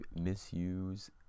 misuse